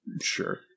Sure